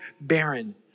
barren